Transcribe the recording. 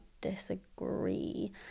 disagree